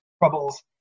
troubles